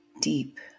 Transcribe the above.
deep